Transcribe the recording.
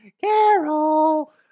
Carol